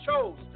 chose